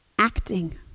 acting